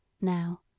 Now